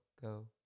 go